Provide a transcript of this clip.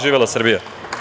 Živela Srbija!